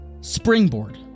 springboard